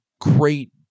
great